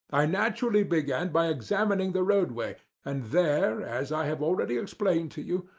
i naturally began by examining the roadway, and there, as i have already explained to you,